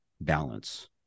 balance